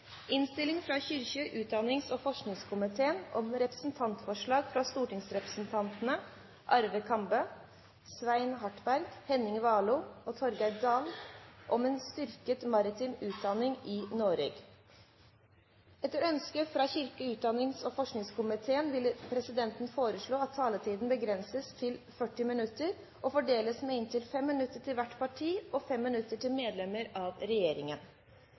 fra kirke-, utdannings- og forskningskomiteen vil presidenten foreslå at taletiden begrenses til 40 minutter og fordeles med inntil 5 minutter til hvert parti og inntil 5 minutter til medlem av regjeringen. Videre vil presidenten foreslå at det gis anledning til replikkordskifte på inntil tre replikker med